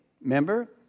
remember